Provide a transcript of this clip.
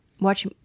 watch